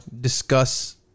discuss